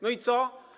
No i co?